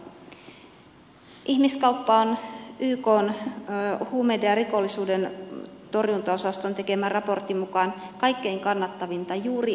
ihmiskauppa on ykn huumeiden ja rikollisuuden torjuntaosaston tekemän raportin mukaan kaikkein kannattavinta juuri euroopassa